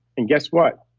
and guess what?